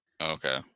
Okay